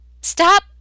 stop